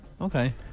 Okay